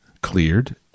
cleared